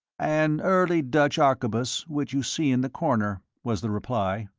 an early dutch arquebus, which you see in the corner, was the reply.